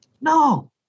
No